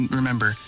remember